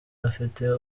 afite